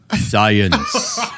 science